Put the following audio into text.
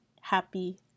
happy